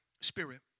spirit